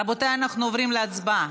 רבותיי, אנחנו עוברים להצבעה,